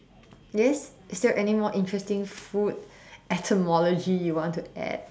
yes is there anymore interesting food etymology you want to add